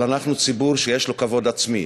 אבל אנחנו ציבור שיש לו כבוד עצמי,